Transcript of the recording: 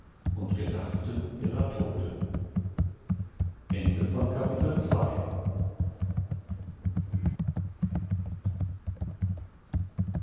und gedachten ihrer toten